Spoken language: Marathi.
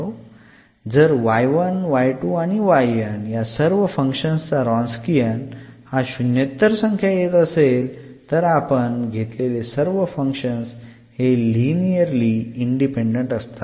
जर या सर्व फंक्शन्स चा रॉन्सकीयन हा शुनयेत्तर संख्या येत असेल तर आपण घेतलेले सर्व फंक्शन्स हे लिनिअरली इंडिपेंडेंट असतात